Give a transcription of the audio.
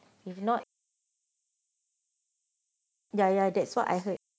if not ya ya that's what I heard